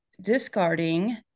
discarding